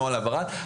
נוהל העברה,